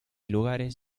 lugares